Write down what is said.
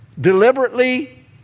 deliberately